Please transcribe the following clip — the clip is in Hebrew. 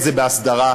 להסביר.